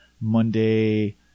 Monday